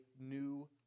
new